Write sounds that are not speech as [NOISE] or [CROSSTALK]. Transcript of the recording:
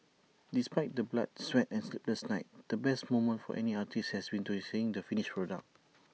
despite the blood sweat and sleepless nights the best moment for any artist has [NOISE] to be seeing the [NOISE] finished product